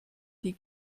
die